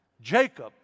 Jacob